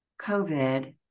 COVID